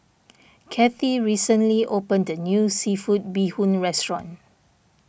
Kathie recently opened a new Seafood Bee Hoon Restaurant